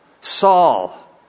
Saul